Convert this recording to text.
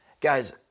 Guys